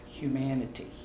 humanity